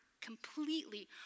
completely